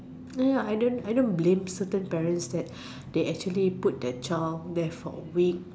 ya I don't I don't blame certain parents that they actually put their child there for a week